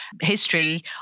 history